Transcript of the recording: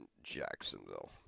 Jacksonville